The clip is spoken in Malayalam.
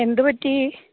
എന്തു പറ്റി